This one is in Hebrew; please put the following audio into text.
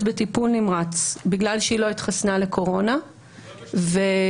בטיפול נמרץ בגלל שהיא לא התחסנה לקורונה ולפחות,